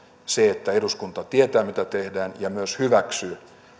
sillä että eduskunta tietää mitä tehdään ja myös hyväksyy